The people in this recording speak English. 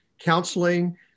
counseling